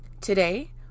Today